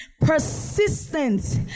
persistent